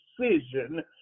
decision